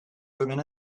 women